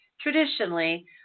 traditionally